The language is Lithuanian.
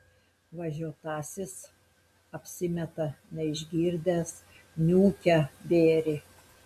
važiuotasis apsimeta neišgirdęs niūkia bėrį